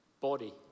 body